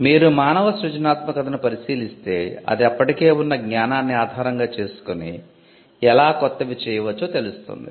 మీరు మానవ సృజనాత్మకతను పరిశీలిస్తే అది అప్పటికే ఉన్న జ్ఞానాన్ని ఆధారంగా చేసుకుని ఎలా కొత్తవి చేయవచ్చో తెలుస్తుంది